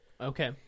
Okay